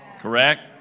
Correct